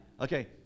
Okay